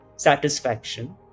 satisfaction